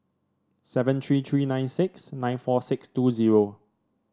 seven three three nine six nine four six two zero